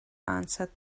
answered